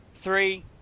three